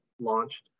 launched